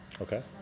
okay